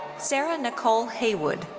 sarah nicole heywood.